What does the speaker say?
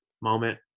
moment